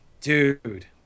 Dude